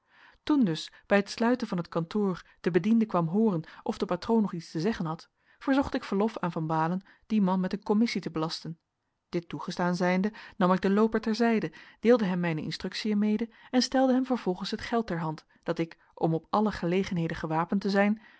toen dus bij het sluiten van het kantoor de bediende kwam hooren of de patroon nog iets te zeggen had verzocht ik verlof aan van baalen dien man met een commissie te belasten dit toegestaan zijnde nam ik den looper ter zijde deelde hem mijne instructiën mede en stelde hem vervolgens het geld ter hand dat ik om op alle gelegenheden gewapend te zijn